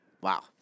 Wow